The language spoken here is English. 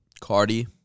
Cardi